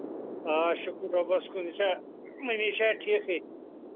آ شُکُر رۄبَس کُن یہِ چھا مٔمِی چھا ٹھیٖکٕے